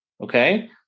Okay